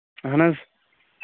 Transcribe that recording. اَہَن حظ